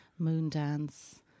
Moondance